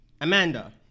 Amanda